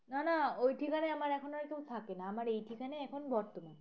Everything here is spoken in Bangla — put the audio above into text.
না না ওই ঠিকানায় আমার এখন আর কেউ থাকে না আমার এই ঠিকানাই এখন বর্তমান